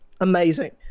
amazing